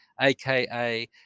aka